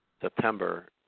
September